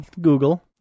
Google